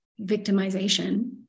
victimization